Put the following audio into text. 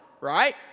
right